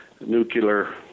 nuclear